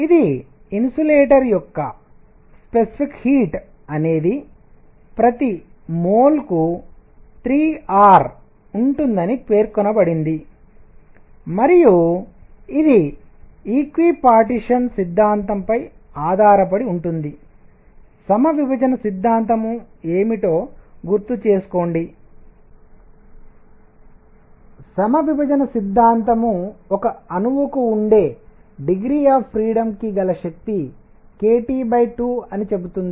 ఇది ఇన్సులేటర్ యొక్క specific heat అనేది ప్రతి మోల్ కు 3 R ఉంటుందని పేర్కొనబడింది మరియు ఇది ఈక్విపార్టీషన్ సమవిభజన సిద్ధాంతం పై ఆధారపడి ఉంటుంది సమవిభజన సిద్ధాంతం ఏమిటో గుర్తుచేసుకోండి సమవిభజన సిద్ధాంతం ఒక అణువుకు ఉండే డిగ్రీ ఆఫ్ ఫ్రీడమ్ కి గల శక్తి kT 2 అని చెబుతుంది